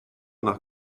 nach